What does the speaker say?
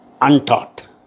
untaught